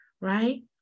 right